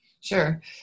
Sure